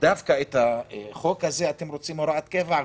ודווקא בחוק הזה אתם רוצים הוראת קבע?